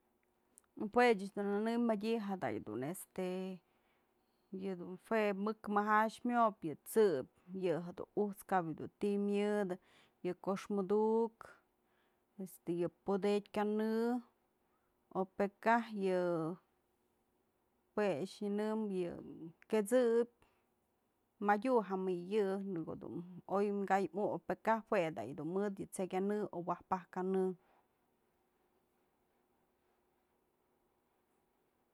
Jue ëch du nënëm madyë da jedun este yë dun jue mëk maja myopë, yë t'sëp yë je du ujt's, kap je dun ti myëdë, yë koxmëdukë. este yë podetyë kanë o pë kaj yë jue a'ax nyënembyë yë quet'sëbyë madyu ja ma yë ko'o dun oy ka'ay mukëp jue da yu du mëd yë t'se'ey kanë o yë wajpak kanë.